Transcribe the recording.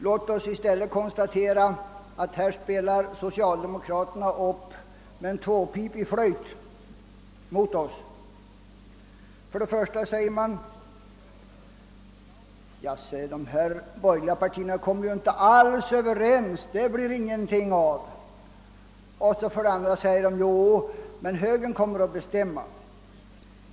Låt oss i stället konstatera, att socialdemokraterna här spelar upp med en tvåpipig flöjt. Å ena sidan säger man att de borgerliga partierna inte alls kommer överens och att det inte blir någonting av med en regeringssamverkan dem emellan. Å andra sidan säger man, att det blir högern som kommer att bestämma.